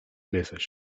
message